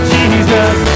Jesus